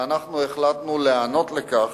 ואנו החלטנו להיענות לכך,